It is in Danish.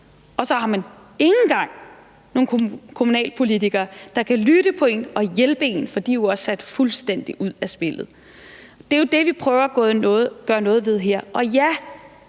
og så har man heller ikke engang nogen kommunalpolitikere, der kan lytte på ind og hjælpe en, for de er jo også sat fuldstændig ud af spillet. Det er jo det, vi prøver at gøre noget ved her. Og ja,